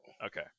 Okay